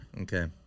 Okay